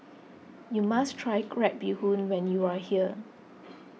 you must try Crab Bee Hoon when you are here